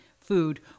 food